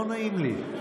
לא נעים לי.